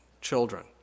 children